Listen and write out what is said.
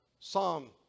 Psalm